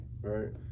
right